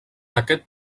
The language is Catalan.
aquest